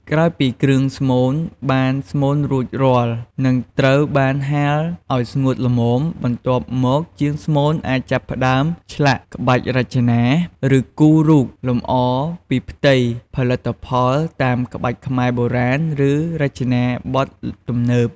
ក្រោយពីគ្រឿងស្មូនបានស្មូនរួចរាល់ នឹងត្រូវបានហាលឲ្យស្ងួតល្មម បន្ទាប់មកជាងស្មូនអាចចាប់ផ្ដើម ឆ្លាក់ ក្បាច់រចនា ឬគូររូប លម្អលើផ្ទៃផលិតផលតាមក្បាច់ខ្មែរបុរាណ ឬរចនាបថទំនើប។